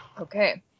Okay